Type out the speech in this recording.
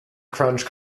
crunch